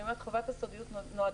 אני אומרת חובת הסודיות נועדה,